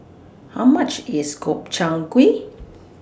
How much IS Gobchang Gui